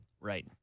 Right